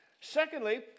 Secondly